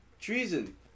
Treason